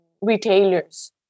retailers